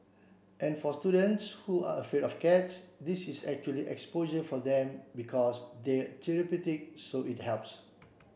and for students who are afraid for cats this is actually exposure for them because they're therapeutic so it helps